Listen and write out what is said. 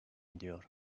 ediyor